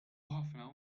ħafna